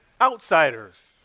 outsiders